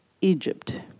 Egypt